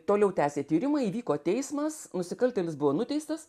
toliau tęsė tyrimą įvyko teismas nusikaltėlis buvo nuteistas